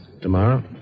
Tomorrow